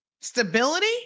Stability